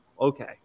Okay